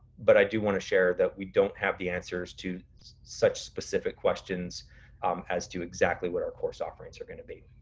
but i do wanna share that we don't have the answers to such specific questions as to exactly what our course offerings are gonna be.